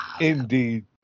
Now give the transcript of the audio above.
Indeed